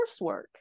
coursework